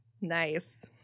nice